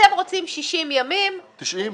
אתם רוצים 60 ימים -- 90 ימים,